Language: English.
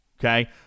Okay